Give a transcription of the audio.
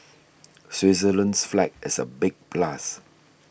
Switzerland's flag is a big plus